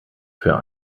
für